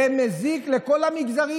זה מזיק לכל המגזרים.